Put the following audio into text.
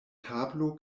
tablo